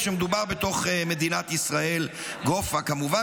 כשמדובר בתוך מדינת ישראל גופא כמובן.